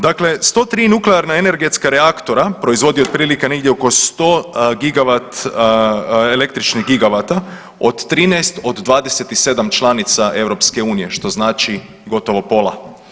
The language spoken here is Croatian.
Dakle, 103 nuklearna energetska reaktora proizvodi otprilike negdje oko 100 Gigavat, električnih Gigavata od 13 od 27 članica EU što znači gotovo pola.